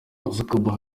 zuckerberg